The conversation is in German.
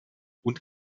und